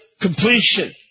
completion